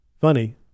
Funny